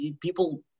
people